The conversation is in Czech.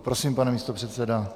Prosím, pane místopředsedo.